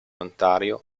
ontario